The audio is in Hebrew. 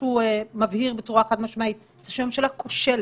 שהוא מבהיר בצורה חד משמעית זה שהממשלה כושלת,